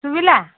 ଶୁଭିଲା